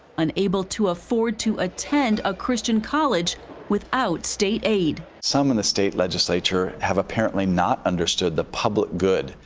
unable to afford to attend a christian college without state aid. some in the state legislature have apparently not understood the public good.